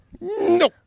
no